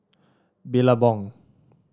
billabong